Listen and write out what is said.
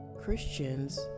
Christians